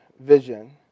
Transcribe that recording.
vision